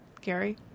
Gary